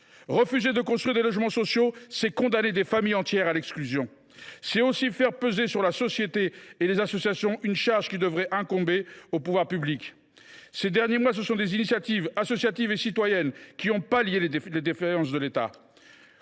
Refuser de construire des logements sociaux, c’est condamner des familles entières à l’exclusion. C’est aussi faire peser sur la société et les associations une charge qui devrait incomber aux pouvoirs publics. Ces derniers mois, ce sont des initiatives associatives et citoyennes qui ont pallié les défaillances de l’État,